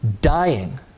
dying